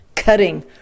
Cutting